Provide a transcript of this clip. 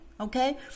okay